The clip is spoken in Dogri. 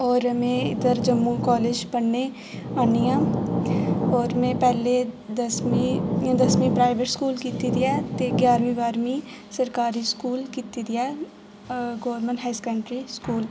होर में इद्धर जम्मू कॉलेज पढ़ने होन्नी आं होर में पैह्ले दसमीं दसमीं प्राइवेट स्कूल कीती दी ऐ ग्याह्रमी बाह्रमी सरकारी स्कूल कीती दी ऐ गौरमेंट हाई सैकेंडरी स्कूल